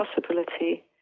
possibility